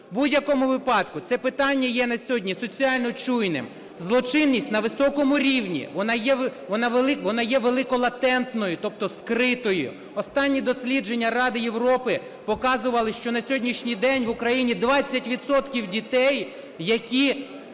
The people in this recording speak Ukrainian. У будь-якому випадку це питання є на сьогодні соціально чуйним, злочинність на високому рівні вона є велико-латентною, тобто скритою. Останні дослідження Ради Європи показували, що на сьогоднішній день в Україні 20 відсотків